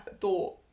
thought